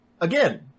Again